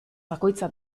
bakoitza